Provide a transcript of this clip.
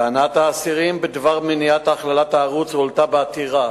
3. טענת האסירים בדבר מניעת הכללת הערוץ הועלתה בעתירה